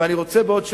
ואני רוצה בעוד שבוע,